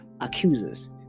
accusers